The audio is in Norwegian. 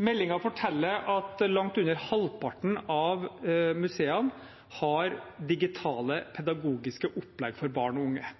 Meldingen forteller at langt under halvparten av museene har digitale pedagogiske opplegg for barn og unge.